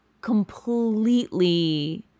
completely